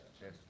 Yes